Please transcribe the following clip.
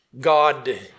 God